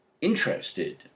interested